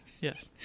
Yes